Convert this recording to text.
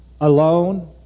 alone